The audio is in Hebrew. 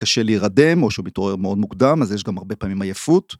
קשה להירדם, או שהוא מתעורר מאוד מוקדם, אז יש גם הרבה פעמים עייפות.